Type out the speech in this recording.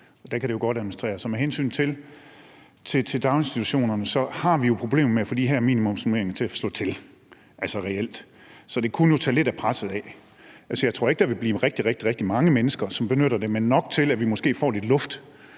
der kan det jo godt administreres. Med hensyn til daginstitutionerne har vi jo problemer med at få de her minimumsnormeringer til at slå til, altså reelt, så det kunne jo tage lidt af presset af. Altså, jeg tror ikke, at der vil blive rigtig, rigtig mange mennesker, som benytter det, men nok, til at vi måske får lidt luft.